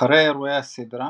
אחרי אירועי הסדרה